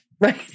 Right